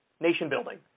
nation-building